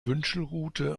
wünschelrute